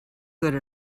good